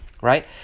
Right